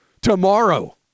tomorrow